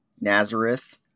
Nazareth